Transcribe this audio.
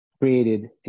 created